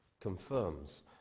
confirms